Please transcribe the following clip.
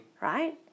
Right